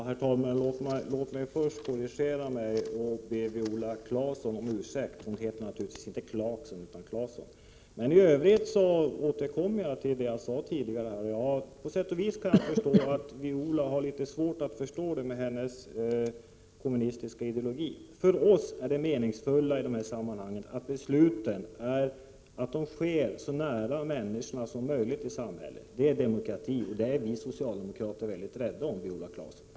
Herr talman! Låt mig först korrigera mig och be Viola Claesson om ursäkt — hon heter naturligtvis inte Clarkson utan Claesson. I övrigt återkommer jag till det jag sade tidigare. På sätt vis kan jag förstå att Viola Claesson med sin kommunistiska ideologi har svårt att förstå detta. För oss är det meningsfulla i detta sammanhang att besluten fattas så nära människorna i samhället som möjligt. Det är demokrati, och den är vi socialdemokrater väldigt rädda om, Viola Claesson.